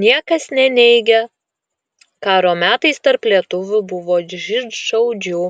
niekas neneigia karo metais tarp lietuvių buvo žydšaudžių